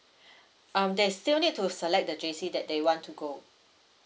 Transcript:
um they're still need to select the J_C that they want to go